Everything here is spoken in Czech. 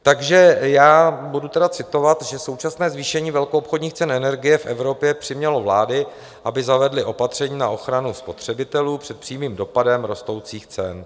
Takže já budu tedy citovat, že současné zvýšení velkoobchodních cen energie v Evropě přimělo vlády, aby zavedly opatření na ochranu spotřebitelů před přímým dopadem rostoucích cen.